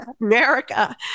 America